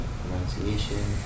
pronunciation